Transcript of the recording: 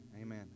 amen